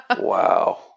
Wow